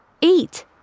Eat